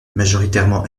majoritairement